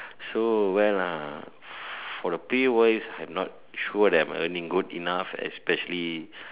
so well uh for the pay wise I'm not sure that I'm earning good enough especially